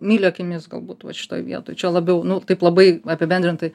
myli akimis galbūt vat šitoj vietoj čia labiau nu taip labai apibendrintai